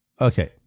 Okay